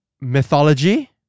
Mythology